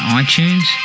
iTunes